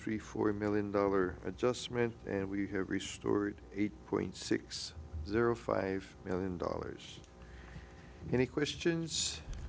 three four million dollar adjustment and we have resort eight point six zero five million dollars any questions